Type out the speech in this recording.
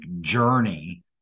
journey